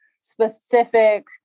specific